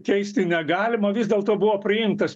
keisti negalima vis dėlto buvo priimtas